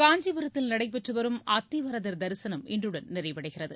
காஞ்சிபுரத்தில் நடைபெற்றுவரும் அத்திவரதர் தரிசனம் இன்றுடன் நிறைவடைகிறது